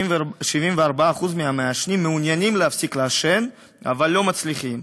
74% מהמעשנים מעוניינים להפסיק לעשן אבל לא מצליחים.